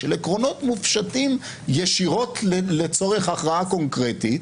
של עקרונות מופשטים ישירות לצורך הכרעה קונקרטית